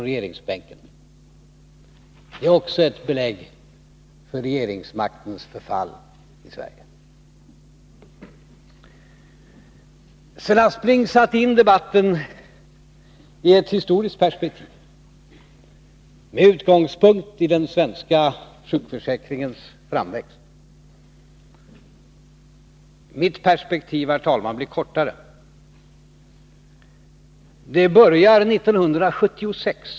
Också det är ett belägg för regeringsmaktens förfall i Sverige. Sven Aspling satte in debatten i ett historiskt perspektiv, med utgångspunkt i den svenska sjukförsäkringens framväxt. Mitt perspektiv, herr talman, blir kortare. Det börjar 1976.